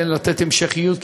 כדי לתת המשכיות,